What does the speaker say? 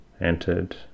entered